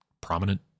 prominent